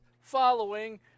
following